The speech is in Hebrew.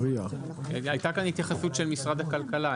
הייתה כאן התייחסות של משרד הכלכלה,